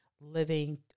living